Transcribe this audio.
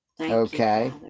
Okay